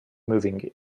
moving